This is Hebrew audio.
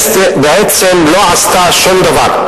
בעצם לא עשתה שום דבר.